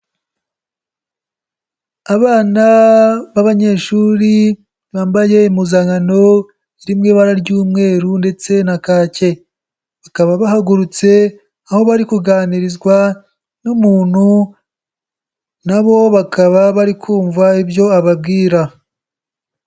Abana b'abanyeshuri bambaye impuzankano iri mu ibara ry'umweru ndetse na kake bakaba bahagurutse, aho bari kuganirizwa n'umuntu na bo bakaba bari kumva ibyo ababwira.